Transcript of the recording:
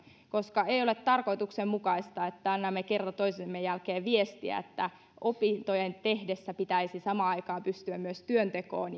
koska ei ole tarkoituksenmukaista että annamme kerta toisensa jälkeen viestiä että opintoja tehdessä pitäisi samaan aikaan pystyä myös työntekoon